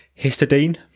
histidine